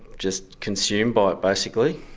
just consumed by it basically.